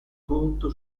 conto